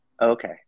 okay